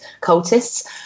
cultists